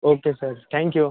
okay sir thank you